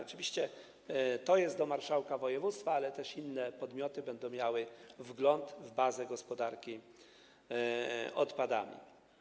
Oczywiście to odnosi się do marszałka województwa, ale też inne podmioty będą miały wgląd w bazę gospodarki odpadami.